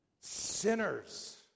sinners